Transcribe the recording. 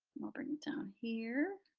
i'll bring it down here.